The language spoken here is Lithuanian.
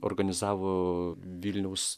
organizavo vilniaus